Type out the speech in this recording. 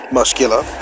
muscular